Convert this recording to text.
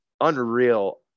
unreal